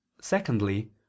secondly